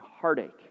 heartache